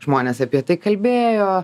žmonės apie tai kalbėjo